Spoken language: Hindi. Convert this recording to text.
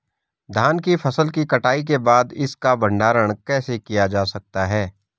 धान की फसल की कटाई के बाद इसका भंडारण कैसे किया जा सकता है?